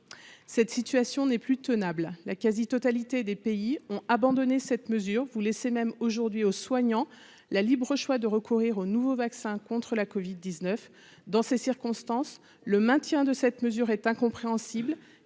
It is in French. cette situation n'est plus tenable la quasi-totalité des pays ont abandonné cette mesure vous laisser même aujourd'hui aux soignants la libre-choix de recourir au nouveau vaccin contre la Covid 19 dans ces circonstances, le maintien de cette mesure est incompréhensible